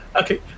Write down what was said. Okay